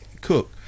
cook